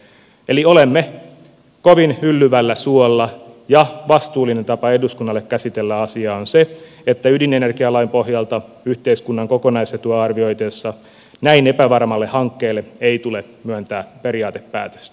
eli olemme kovin hyllyvällä suolla ja vastuullinen tapa eduskunnalle käsitellä asiaa on se että ydinenergialain pohjalta yhteiskunnan kokonaisetua arvioitaessa näin epävarmalle hankkeelle ei tule myöntää periaatepäätöstä